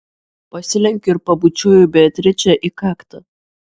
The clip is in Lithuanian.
pasilenkiu ir pabučiuoju beatričę į kaktą